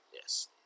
Yes